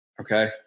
okay